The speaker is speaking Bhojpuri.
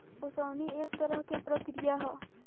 ओसवनी एक तरह के प्रक्रिया ह